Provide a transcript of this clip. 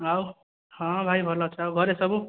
ଆଉ ହଁ ଭାଇ ଭଲ ଅଛି ଆଉ ଘରେ ସବୁ